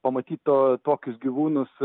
pamatyt to tokius gyvūnus